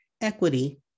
equity